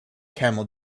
camel